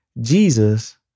Jesus